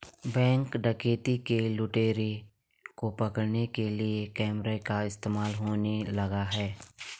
Bank डकैती के लुटेरों को पकड़ने के लिए कैमरा का इस्तेमाल होने लगा है?